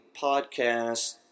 podcast